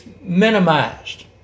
minimized